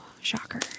Shocker